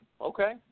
okay